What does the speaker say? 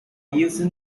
using